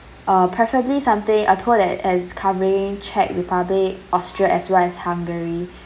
uh preferably something a tour that is covering czech republic austria as well as hungary